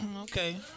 Okay